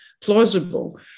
plausible